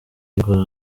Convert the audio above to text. birego